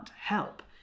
help